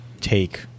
take